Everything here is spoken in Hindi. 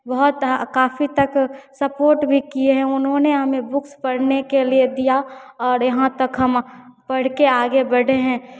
बहुत काफ़ी तक सपोर्ट भी किए हैं उन्होंने हमें बुक्स पढ़ने के लिए दी और यहाँ तक हम पढ़कर आगे बढ़े हैं